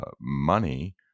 money